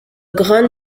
grande